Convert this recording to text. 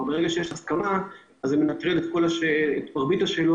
ברגע שיש הסכמה זה מנטרל את מרבית השאלות